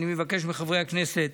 אני מבקש מחברי הכנסת